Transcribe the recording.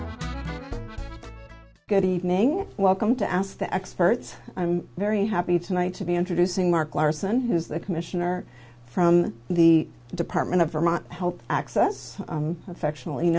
good evening welcome to ask the experts i'm very happy tonight to be introducing marc larsen who is the commissioner from the department of vermont help access affectionately